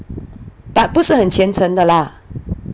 but 不是很虔诚的 lah